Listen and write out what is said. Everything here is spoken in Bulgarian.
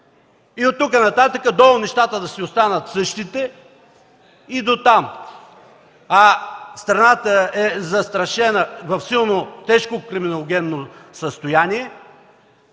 И оттук нататък нещата долу да си останат същите. И дотам! А страната е застрашена и е в тежко криминогенно състояние.